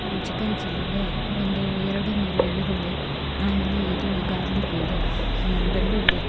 chicken ಚಿಲ್ಲಿಗೆ ಒಂದು ಎರಡು ಮೂರು ಈರುಳ್ಳಿ ಆಮೇಲೆ ಇದು ಗಾರ್ಲಿಕು ಇದು ಬೆಳ್ಳುಳ್ಳಿ